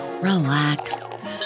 relax